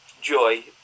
joy